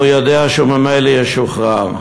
אם הוא יודע שהוא ממילא ישוחרר?